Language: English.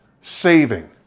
saving